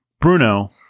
Bruno